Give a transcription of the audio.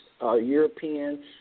European